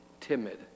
timid